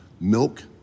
milk